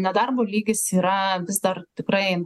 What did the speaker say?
nedarbo lygis yra vis dar tikrai